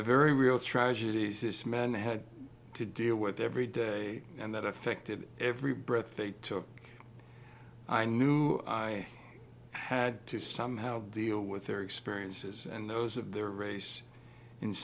the very real tragedies this man had to deal with every day and that affected every breath they took i knew i had to somehow deal with their experiences and those of their race in